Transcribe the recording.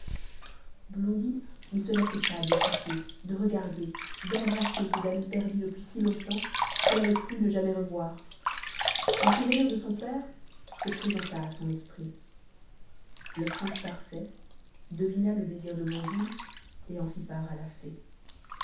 blondine ne se lassait pas d'écouter de regarder d'embrasser ses amis perdus depuis si longtemps qu'elle avait cru ne jamais revoir le souvenir de son père se présenta à son esprit le prince parfait devina le désir de blondine et en fit part à la